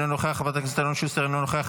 אינה נוכחת,